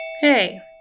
Hey